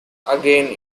again